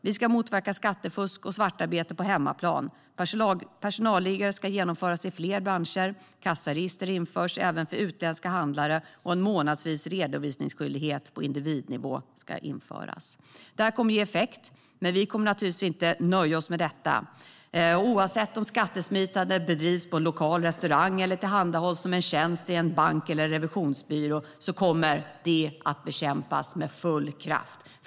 Vi ska motverka skattefusk och svartarbete på hemmaplan. Personalliggare ska införas i fler branscher. Kassaregister införs även för utländska handlare, och en månadsvis redovisningsskyldighet på individnivå ska införas. Detta kommer att ge effekt, men vi kommer naturligtvis inte att nöja oss med detta. Oavsett om skattesmitande bedrivs på en lokal restaurang eller tillhandahålls som en tjänst i en bank eller en revisionsbyrå kommer det att bekämpas med full kraft.